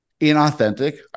inauthentic